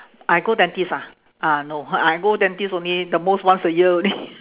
I go dentist ah ah no I go dentist only the most once a year only